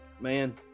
Man